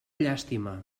llàstima